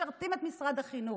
משרתים את משרד החינוך,